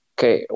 Okay